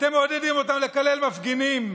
אתם מעודדים אותם לקלל מפגינים,